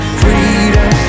freedom